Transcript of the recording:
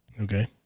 okay